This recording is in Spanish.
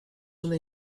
una